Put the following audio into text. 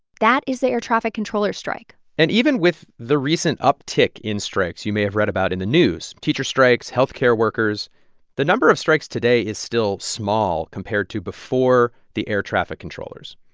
that is the air-traffic controller strike and even with the recent uptick in strikes you may have read about in the news teacher strikes, health care workers the number of strikes today is still small compared to before the air-traffic controllers.